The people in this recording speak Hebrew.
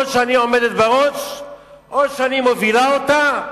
או שאני עומדת בראש או שאני מובילה אותה,